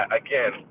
again